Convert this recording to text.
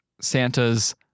Santa's